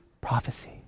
prophecy